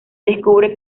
descubre